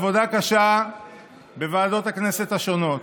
בעבודה קשה בוועדות הכנסת השונות.